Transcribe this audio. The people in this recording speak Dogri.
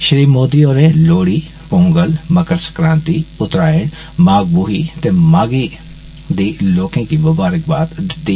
श्री मोदी होरें लोहड़ी पोंगल मकर सक्रांति उत्तरायन माघ बूही ते माघी दी लोकें गी मुबारकबाद दिती